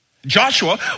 Joshua